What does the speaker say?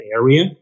area